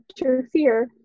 interfere